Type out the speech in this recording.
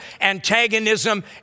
antagonism